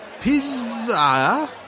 Pizza